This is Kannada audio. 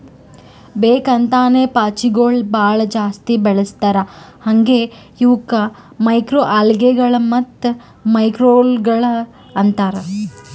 ಬೇಕ್ ಅಂತೇನೆ ಪಾಚಿಗೊಳ್ ಭಾಳ ಜಾಸ್ತಿ ಬೆಳಸ್ತಾರ್ ಹಾಂಗೆ ಇವುಕ್ ಮೈಕ್ರೊಅಲ್ಗೇಗಳ ಮತ್ತ್ ಮ್ಯಾಕ್ರೋಲ್ಗೆಗಳು ಅಂತಾರ್